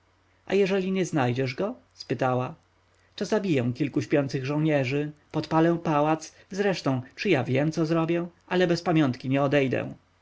a jeżeli nie znajdziesz go spytała to zabiję kilku śpiących jego żołnierzy podpalę pałac zresztą czy ja wiem co zrobię ale bez pamiątki nie odejdę